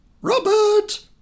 Robert